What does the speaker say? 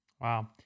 Wow